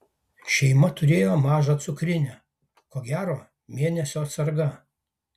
šeima turėjo mažą cukrinę ko gero mėnesio atsarga